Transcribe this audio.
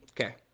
Okay